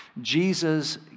Jesus